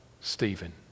Stephen